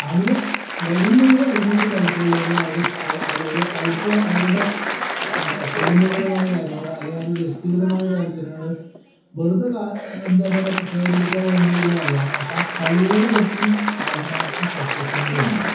അവര് വരുന്നവര് അതിനോട് താല്പര്യം ഒള്ളവരും അവര് സ് അവർടെ അവർക്ക് അവരുടെ മേ കുടുംബപരമായ കാര്യങ്ങള് അല്ലെങ്കിൽ അവരുടെ വ്യക്തിപരമായ താല്പര്യങ്ങള് വെറുതെ കാ ഇപ്പൊൾ എന്താ പറയാ പേരെടുക്കാൻ വേണ്ടി ഉള്ളതല്ല പക്ഷെ ആ കളിയോട് കുറച്ച് ആത്മാർത്ഥതയും സത്യസന്ധ്യതയും ഉണ്ടാവണം